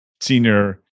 senior